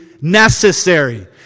necessary